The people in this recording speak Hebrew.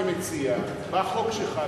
כמציע בחוק שלך,